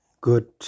good